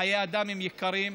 חיי אדם הם יקרים,